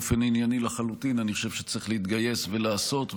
באופן ענייני לחלוטין אני חושב שצריך להתגייס ולעשות,